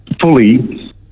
fully